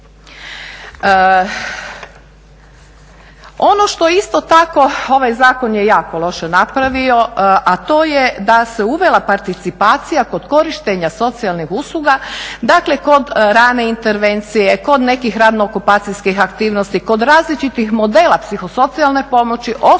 Ono što isto tako ovaj zakon je jako loše napravio, a to je da se uvela participacija kod korištenja socijalnih usluga, dakle kod rane intervencije, kod nekih radno-okupacijskih aktivnosti, kod različitih modela psihosocijalne pomoći osoba